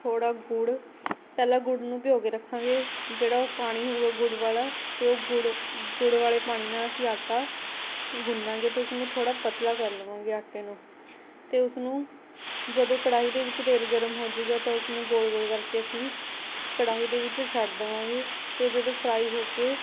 ਥੋੜ੍ਹਾ ਗੁੜ ਪਹਿਲਾਂ ਗੁੜ ਨੂੰ ਭਿਉਂ ਕੇ ਰੱਖਾਂਗੇ ਜਿਹੜਾ ਉਹ ਪਾਣੀ ਹੋਵੇਗਾ ਗੁੜ ਵਾਲ਼ਾ ਅਤੇ ਉਹ ਗੁੜ ਗੁੜ ਵਾਲ਼ੇ ਪਾਣੀ ਨਾਲ ਅਸੀਂ ਆਟਾ ਗੁੰਨਾਂਗੇ ਅਤੇ ਉਸਨੂੰ ਥੋੜ੍ਹਾ ਪਤਲਾ ਕਰ ਲਵਾਂਗੇ ਆਟੇ ਨੂੰ ਅਤੇ ਉਸਨੂੰ ਜਦੋਂ ਕੜਾਹੀ ਦੇ ਵਿੱਚ ਤੇਲ ਗਰਮ ਹੋਜੂਗਾ ਤਾਂ ਉਸਨੂੰ ਗੋਲ ਗੋਲ ਕਰਕੇ ਅਸੀਂ ਕੜਾਹੀ ਦੇ ਵਿੱਚ ਛੱਡ ਦੇਵਾਂਗੇ ਅਤੇ ਉਹ ਜਦੋਂ ਫਰਾਈ ਹੋ ਕੇ